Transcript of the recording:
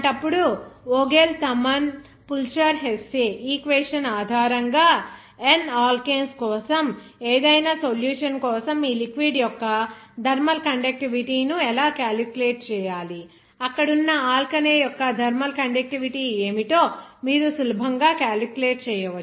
అలాంటప్పుడువోగెల్ Tammann Fulcher హెస్సేఈక్వేషన్ ఆధారంగా n alkanes కోసం ఏదైనా సొల్యూషన్ కోసం లిక్విడ్ యొక్క థర్మల్ కండక్టివిటీ ను ఎలా క్యాలిక్యులేట్ చేయాలి అక్కడ ఉన్న ఆల్కనే యొక్క థర్మల్ కండక్టివిటీ ఏమిటో మీరు సులభంగా క్యాలిక్యులేట్ చేయవచ్చు